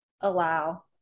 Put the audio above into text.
allow